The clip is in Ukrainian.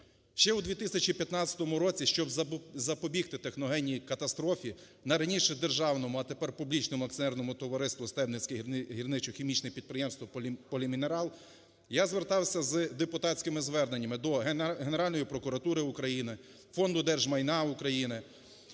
Ще у 2015 році, щоб запобігти техногенній катастрофі на раніше державному, а тепер публічному акціонерному товаристві "Стебницьке гірничо-хімічне підприємство "Полімінерал" я звертався з депутатськими зверненнями до Генеральної прокуратури України, Фонду держмайна України,